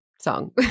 song